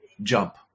jump